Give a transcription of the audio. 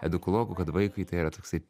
edukologų kad vaikui tai yra toksai